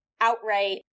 outright